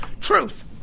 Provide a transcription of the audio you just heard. truth